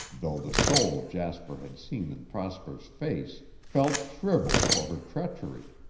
though the soul jasper had seen in prosper's face felt shriveled for her treachery.